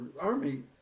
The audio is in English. army